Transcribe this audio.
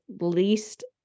least